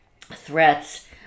threats